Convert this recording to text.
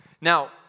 Now